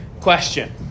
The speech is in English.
question